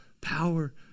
power